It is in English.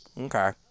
Okay